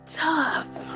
tough